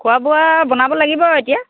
খোৱা বোৱা বনাব লাগিব আৰু এতিয়া